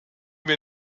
wir